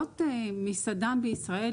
להיות מסעדן בישראל,